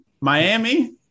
Miami